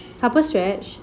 suffered stretch